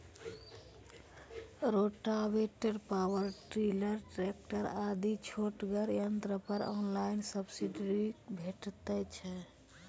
Rotavator, power tiller, tractor आदि छोटगर यंत्र पर ऑनलाइन सब्सिडी भेटैत छै?